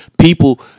People